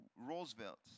Roosevelt